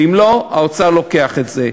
ואם לא, האוצר לוקח את זה.